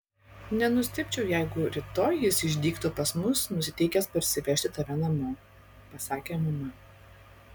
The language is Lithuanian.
nenustebčiau jeigu rytoj jis išdygtų pas mus nusiteikęs parsivežti tave namo pasakė mama